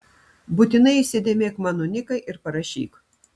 būtinai įsidėmėk mano niką ir parašyk